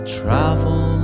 travel